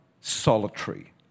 solitary